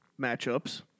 matchups